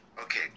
Okay